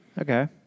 Okay